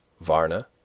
Varna